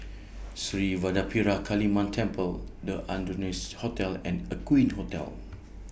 Sri Vadapathira Kaliamman Temple The Ardennes Hotel and Aqueen Hotel